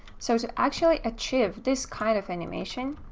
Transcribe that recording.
so, to actually achieve this kind of animation